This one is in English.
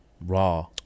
Raw